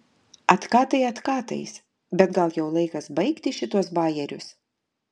atkatai atkatais bet gal jau laikas baigti šituos bajerius